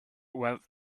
went